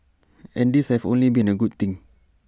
and these have only been A good thing